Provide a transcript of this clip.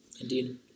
Indeed